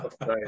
right